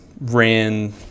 ran